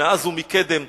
"מאז ומקדם",